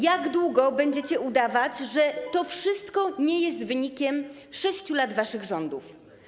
Jak długo będziecie udawać, że to wszystko nie jest wynikiem 6 lat waszych rządów?